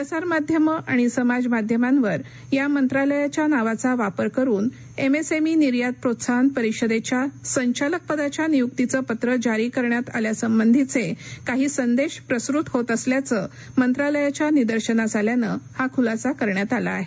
प्रसार माध्यमं आणि समाज माध्यमांवर या मंत्रालयाच्या नावाचा वापर करून एमएसएमई निर्यात प्रोत्साहन परिषदेच्या संचालक पदाच्या नियुक्तीचं पत्र जारी करण्यात आल्यासंबंधीचे काही संदेश प्रसृत होत असल्याचं मंत्रालयाच्या निदर्शनास आल्यानं हा खुलासा करण्यात आला आहे